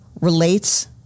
relates